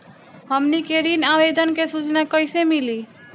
हमनी के ऋण आवेदन के सूचना कैसे मिली?